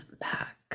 back